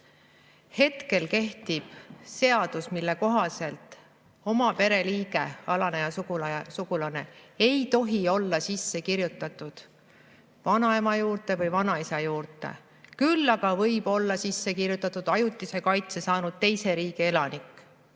Hetkel kehtib seadus, mille kohaselt oma pere liige, alaneja sugulane ei tohi olla sisse kirjutatud vanaema juurde või vanaisa juurde, küll aga võib olla sisse kirjutatud ajutise kaitse saanud teise riigi elanik.